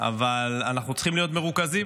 אבל אנחנו צריכים להיות מרוכזים,